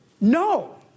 No